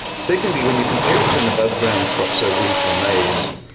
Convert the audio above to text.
secondly, when you compare it to an aboveground crop, so wheat or maize,